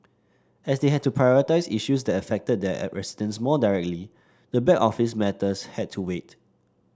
as they had to prioritise issues that affected their residents more directly the back office matters had to wait